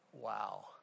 Wow